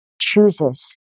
chooses